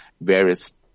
various